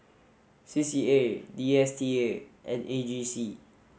C C A D S T A and A G C